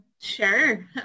Sure